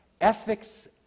ethics